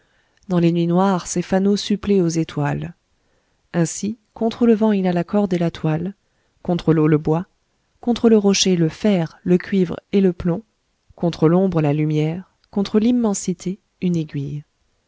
dans les nuits noires ses fanaux suppléent aux étoiles ainsi contre le vent il a la corde et la toile contre l'eau le bois contre le rocher le fer le cuivre et le plomb contre l'ombre la lumière contre l'immensité une aiguille